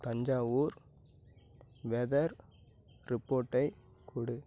Thanjavur weather ரிப்போட்டை கொடு